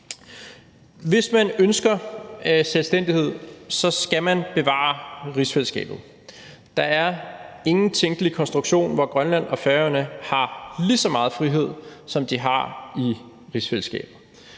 Hvis man ønsker selvstændighed, skal man bevare rigsfællesskabet. Der er ingen tænkelig konstruktion, hvor Grønland og Færøerne har lige så meget frihed, som de har i rigsfællesskabet.